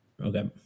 okay